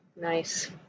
nice